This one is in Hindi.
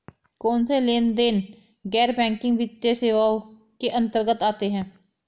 कौनसे लेनदेन गैर बैंकिंग वित्तीय सेवाओं के अंतर्गत आते हैं?